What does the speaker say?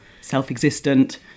self-existent